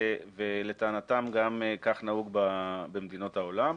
לטענתם גם כך נהוג במדינות העולם.